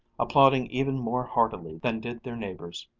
applauding even more heartily than did their neighbors.